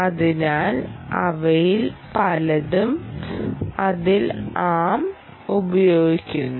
അതിനാൽ അവരിൽ പലരും അതിൽ ആം ഉപയോഗിക്കുന്നു